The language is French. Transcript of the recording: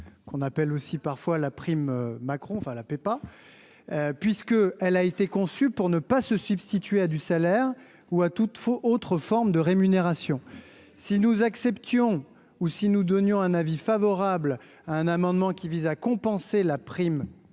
qu'on appelle aussi parfois la prime Macron enfin la paix pas puisque elle a été conçue pour ne pas se substituer à du salaire ou à toutes vos autre forme de rémunération si nous acceptions ou si nous donnions un avis favorable à un amendement qui vise à compenser la prime la